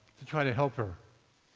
to try to help her.